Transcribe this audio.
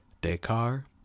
Descartes